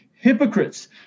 Hypocrites